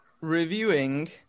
reviewing